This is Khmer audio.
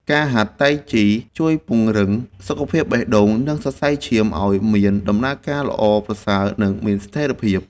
ការហាត់តៃជីជួយពង្រឹងសុខភាពបេះដូង និងសរសៃឈាមឱ្យមានដំណើរការល្អប្រសើរ និងមានស្ថិរភាព។